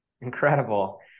Incredible